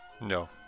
No